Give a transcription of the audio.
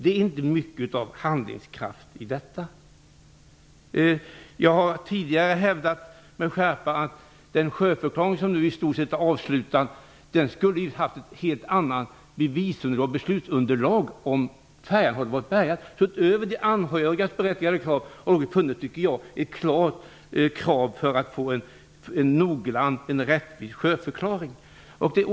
Det är inte mycket av handlingskraft i detta. Jag har tidigare med skärpa hävdat att den sjöförklaring som nu i stort sett är avslutad skulle ha haft ett helt annat bevis och beslutsunderlag om färjan hade varit bärgad. Utöver anhörigas berättigade krav har vi funnit ett klart krav för en noggrann och rättvis sjöförklaring.